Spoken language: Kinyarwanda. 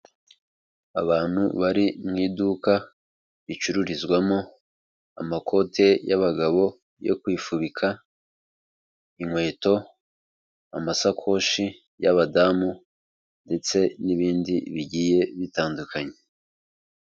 Abantu bari mu iduka ricururizwamo amakote y'abagabo yo kwifubika, inkweto, amasakoshi y'abadamu ndetse n'ibindi bigiye bitandukanye.